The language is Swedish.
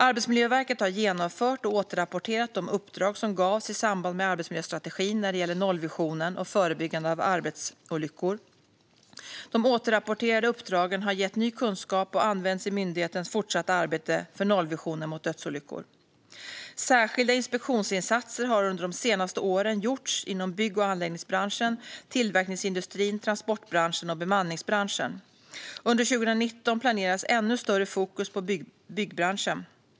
Arbetsmiljöverket har genomfört och återrapporterat de uppdrag som gavs i samband med arbetsmiljöstrategin när det gäller nollvisionen och förebyggande av arbetsolyckor. De återrapporterade uppdragen har gett ny kunskap och används i myndighetens fortsatta arbete för nollvisionen mot dödsolyckor. Särskilda inspektionsinsatser har under de senaste åren gjorts inom bygg och anläggningsbranschen, tillverkningsindustrin, transportbranschen och bemanningsbranschen. Under 2019 planeras ännu större fokus på byggbranschen.